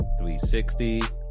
360